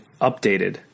updated